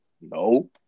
No